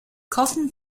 cotton